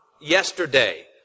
yesterday